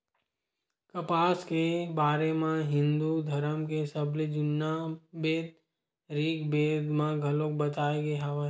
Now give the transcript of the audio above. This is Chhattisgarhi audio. कपसा के बारे म हिंदू धरम के सबले जुन्ना बेद ऋगबेद म घलोक बताए गे हवय